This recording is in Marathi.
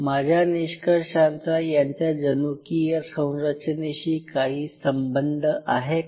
माझ्या निष्कर्षांचा यांच्या जनुकीय संरचनेशी काही संबंध आहे का